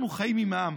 אנחנו חיים עם העם,